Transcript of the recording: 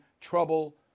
trouble